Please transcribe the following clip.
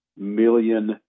million